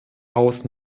haus